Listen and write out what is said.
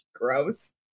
Gross